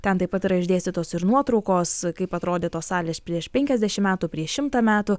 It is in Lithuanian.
ten taip pat yra išdėstytos ir nuotraukos kaip atrodė tos salės prieš penkiasdešim metų prieš šimtą metų